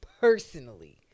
personally